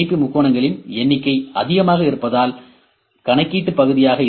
முக்கோணங்களின் எண்ணிக்கை அதிகமாக இருப்பதால் கணக்கீட்டு பகுதியாக இருக்கும்